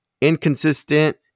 inconsistent